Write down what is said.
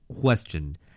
Question